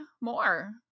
more